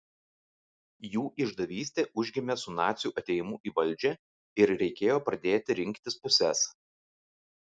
jų išdavystė užgimė su nacių atėjimu į valdžią ir reikėjo pradėti rinktis puses